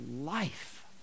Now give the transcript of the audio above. life